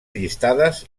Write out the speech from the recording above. llistades